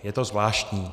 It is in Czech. Je to zvláštní.